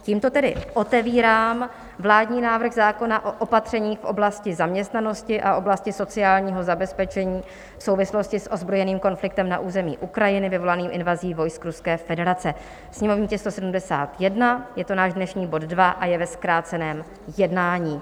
Tímto tedy otevírám vládní návrh zákona o opatřeních v oblasti zaměstnanosti a oblasti sociálního zabezpečení v souvislosti s ozbrojeným konfliktem na území Ukrajiny vyvolaným invazí vojsk Ruské federace, sněmovní tisk 171, je to náš dnešní bod 2 a je ve zkráceném jednání.